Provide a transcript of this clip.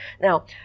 Now